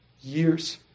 years